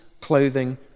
clothing